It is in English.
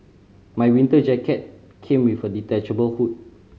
my winter jacket came with a detachable hood